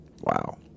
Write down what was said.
wow